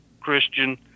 Christian